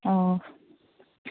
ᱚᱸᱻ